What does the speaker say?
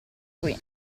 qui